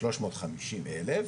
שלוש מאות חמישים אלף.